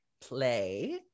play